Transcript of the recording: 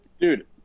Dude